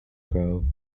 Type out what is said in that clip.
grove